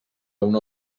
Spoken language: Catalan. una